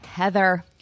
Heather